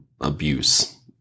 abuse